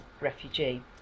refugee